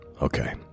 Okay